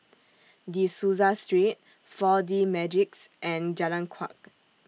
De Souza Street four D Magix and Jalan Kuak